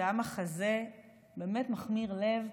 וזה היה מחזה מכמיר לב: